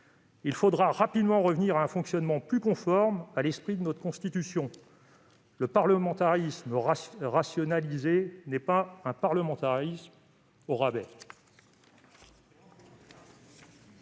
Il faudra rapidement revenir à un fonctionnement plus conforme à l'esprit de notre Constitution. Le parlementarisme rationalisé n'est pas un parlementarisme au rabais.